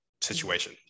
situation